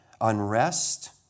unrest